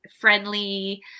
friendly